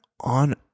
on